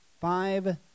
five